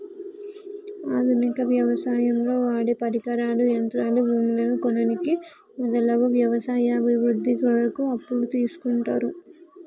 ఆధునిక వ్యవసాయంలో వాడేపరికరాలు, యంత్రాలు, భూములను కొననీకి మొదలగు వ్యవసాయ అభివృద్ధి కొరకు అప్పులు తీస్కుంటరు